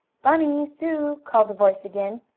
bunny! sue! called the voice again,